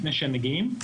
לפני שהם מגיעים.